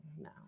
no